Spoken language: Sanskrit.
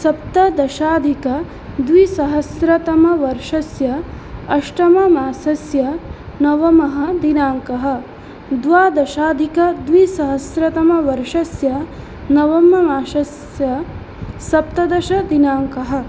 सप्तदशाधिक द्विसहस्रतमवर्षस्य अष्टममासस्य नवमः दिनाङ्कः द्वादशाधिकद्विसहस्रतमवर्षस्य नवममासस्य सप्तदशदिनाङ्कः